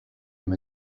him